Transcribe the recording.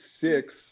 six